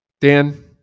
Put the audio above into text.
dan